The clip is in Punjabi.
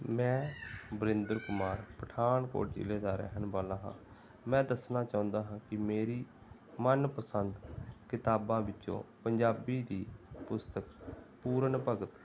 ਮੈਂ ਵਰਿੰਦਰ ਕੁਮਾਰ ਪਠਾਨਕੋਟ ਜ਼ਿਲ੍ਹੇ ਦਾ ਰਹਿਣ ਵਾਲਾ ਹਾਂ ਮੈਂ ਦੱਸਣਾ ਚਾਹੁੰਦਾ ਹਾਂ ਕਿ ਮੇਰੀ ਮਨਪਸੰਦ ਕਿਤਾਬਾਂ ਵਿੱਚੋਂ ਪੰਜਾਬੀ ਦੀ ਪੁਸਤਕ ਪੂਰਨ ਭਗਤ